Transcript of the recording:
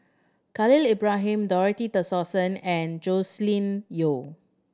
Khalil Ibrahim Dorothy Tessensohn and Joscelin Yeo